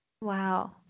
Wow